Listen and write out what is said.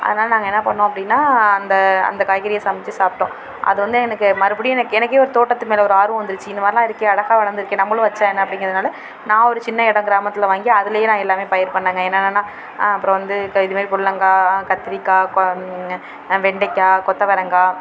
அதனால நாங்கள் என்ன பண்ணோம் அப்படினா அந்த அந்த காய்கறியை சமச்சு சாப்பிட்டோம் அது வந்து எனக்கு மறுபடியும் எனக்கு எனக்கே ஒரு தோட்டத்து மேலே ஒரு ஆர்வம் வந்துருச்சு இந்தமாதிரிலான் இருக்கே அழகாக வளர்ந்துருக்கே நம்மளும் வச்சால் என்ன அப்படிங்குறதுனால நான் ஒரு சின்ன இடம் கிராமத்தில் வாங்கி அதிலையே நான் எல்லாமே பயிர் பண்ணேங்க என்னன்னனா அப்புறம் வந்து இது மாதிரி புடலங்கா கத்திரிக்காய் வெண்டைக்காய் கொத்தவரங்காய்